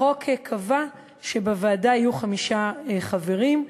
החוק קבע שבוועדה יהיו חמישה חברים: